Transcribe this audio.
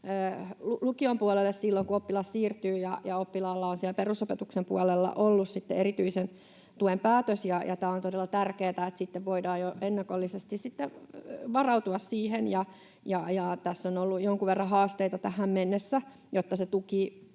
lukion puolelle silloin, kun oppilas siirtyy ja oppilaalla on ollut siellä perusopetuksen puolella erityisen tuen päätös. On todella tärkeätä, että sitten voidaan jo ennakollisesti varautua siihen. Tässä on ollut jonkun verran haasteita tähän mennessä, jotta se tuki